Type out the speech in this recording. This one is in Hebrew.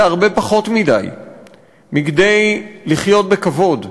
זה הרבה פחות מכדי לחיות בכבוד,